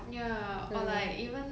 ya or like even